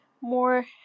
more